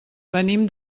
venim